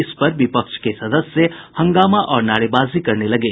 इस पर विपक्ष के सदस्य हंगामा और नारेबाजी करने लगे